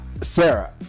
sarah